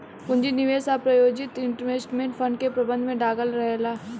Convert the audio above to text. पूंजी निवेश आ प्रायोजित इन्वेस्टमेंट फंड के प्रबंधन में लागल रहेला